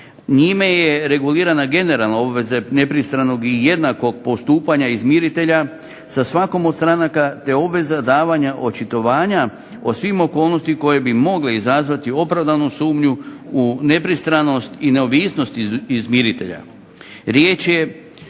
Njime je regulirana generalna obveza nepristranog i jednakog postupanja izmiritelja sa svakom od stranaka te obveza davanja očitovanja o svim okolnostima koje bi mogle izazvati opravdanu sumnju u nepristranost i neovisnost izmiritelja.